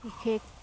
বিশেষ